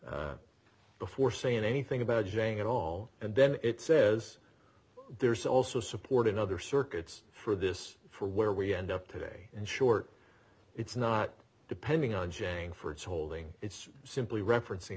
holding before saying anything about j at all and then it says there's also support in other circuits for this for where we end up today and short it's not depending on jang for its holding it's simply referencing